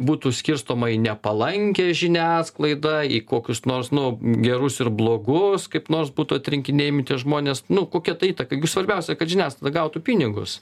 būtų skirstoma į nepalankią žiniasklaidą į kokius nors nu gerus ir blogus kaip nors būtų atrinkinėjami tie žmonės nu kokia ta įtaka svarbiausia kad žiniasklaida gautų pinigus